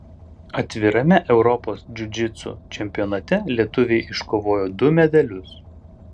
atvirame europos džiudžitsu čempionate lietuviai iškovojo du medalius